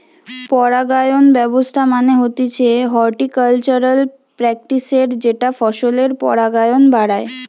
পরাগায়ন ব্যবস্থা মানে হতিছে হর্টিকালচারাল প্র্যাকটিসের যেটা ফসলের পরাগায়ন বাড়ায়